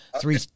three-